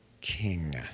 king